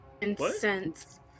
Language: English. incense